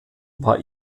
war